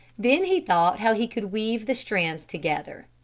then he thought how he could weave the strands together.